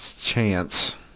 chance